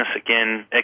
again